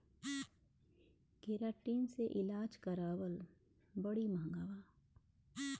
keratin से इलाज करावल बड़ी महँगा बा